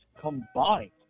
combined